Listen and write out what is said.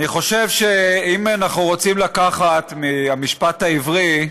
אני חושב שאם אנחנו רוצים לקחת מהמשפט העברי,